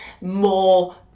more